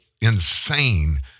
insane